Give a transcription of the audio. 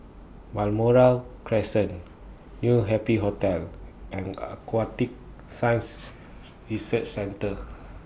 Balmoral Crescent New Happy Hotel and Aquatic Science Research Centre